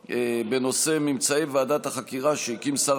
בנושא: ממצאי ועדת החקירה שהקים שר